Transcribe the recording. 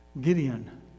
Gideon